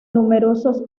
numerosos